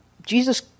Jesus